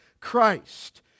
Christ